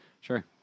Sure